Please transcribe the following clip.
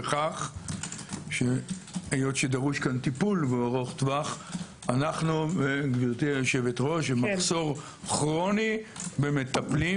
בכך שהיות שדרוש פה טיפול לאורך טווח אנו במחסור כרוני במטפלים